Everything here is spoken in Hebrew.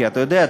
כי אתה יודע,